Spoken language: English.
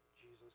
Jesus